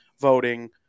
voting